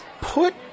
put